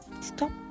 stop